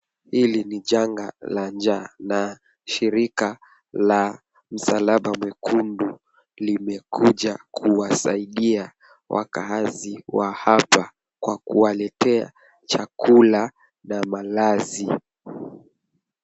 Hili ni janga la njaa na shirika la msalaba mwekundu limekuja kuwasaidia wakaazi wa hapa kwa kuwaletea chakula na malazi.